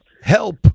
help